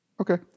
Okay